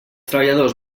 treballadors